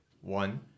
one